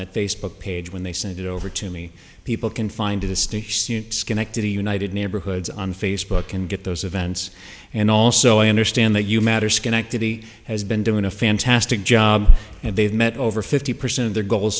that they book page when they send it over to me people can find a stick schenectady united neighborhoods on facebook and get those events and also i understand that you matter schenectady has been doing a fantastic job and they've met over fifty percent of their goals